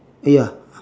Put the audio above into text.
ya